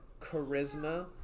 charisma